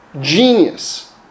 genius